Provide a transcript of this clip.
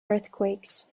earthquakes